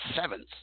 seventh